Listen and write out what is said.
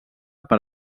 per